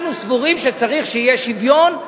אנחנו סבורים שצריך שיהיה שוויון.